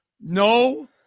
No